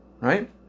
Right